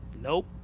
Nope